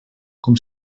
com